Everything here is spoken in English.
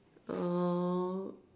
um